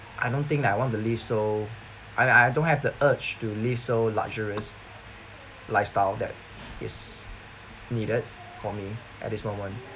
I don't think I want to live so I I don't have the urge to live so luxurious lifestyle that is needed for me at this moment